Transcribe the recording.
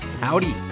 Howdy